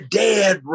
dead